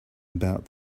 about